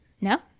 No